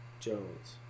Jones